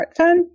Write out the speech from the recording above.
smartphone